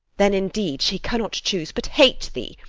then indeed she cannot choose but hate thee,